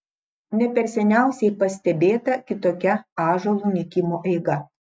ne per seniausiai pastebėta kitokia ąžuolų nykimo eiga